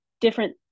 different